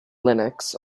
linux